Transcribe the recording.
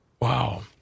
Wow